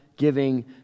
Giving